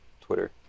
Twitter